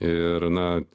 ir na